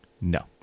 No